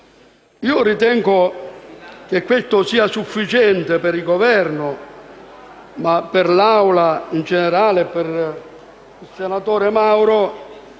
Io ritengo che sia sufficiente per il Governo, per l'Assemblea in generale e per il senatore Mauro